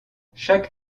chaque